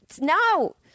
No